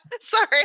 Sorry